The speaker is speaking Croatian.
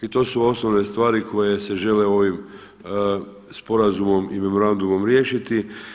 I to su osnovne stvari koje se žele ovim sporazumom i memorandumom riješiti.